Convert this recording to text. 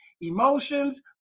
emotions